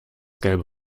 gelbe